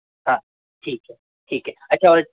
हाँ ठीक है ठीक है अच्छा और